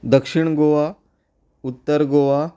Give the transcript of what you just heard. दक्षीण गोवा उत्तर गोवा